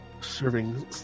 serving